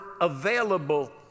available